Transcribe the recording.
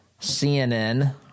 CNN